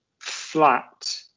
flat